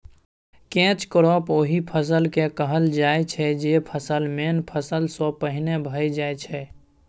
catch crop ओहि फसल केँ कहल जाइ छै जे फसल मेन फसल सँ पहिने भए जाइ छै